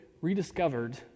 rediscovered